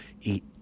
eat